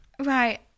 Right